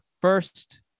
first